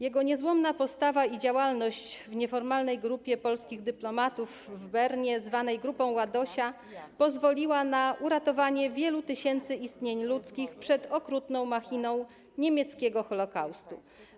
Jego niezłomna postawa i działalność w nieformalnej grupie polskich dyplomatów w Bernie, zwanej grupą Ładosia, pozwoliły na uratowanie wielu tysięcy istnień ludzkich przed okrutną machiną niemieckiego Holokaustu.